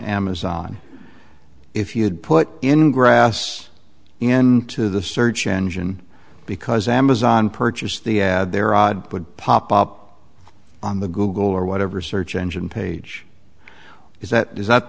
amazon if you had put in grass in to the search engine because amazon purchased the their odds would pop up on the google or whatever search engine page is that is